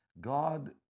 God